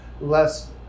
less